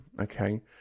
okay